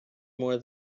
more